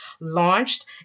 launched